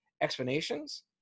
explanations